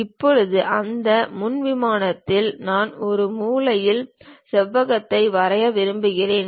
இப்போது அந்த முன் விமானத்தில் நான் ஒரு மூலையில் செவ்வகத்தை வரைய விரும்புகிறேன்